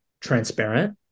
transparent